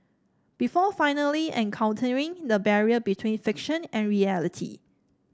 before finally encountering the barrier between fiction and reality